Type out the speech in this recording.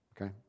okay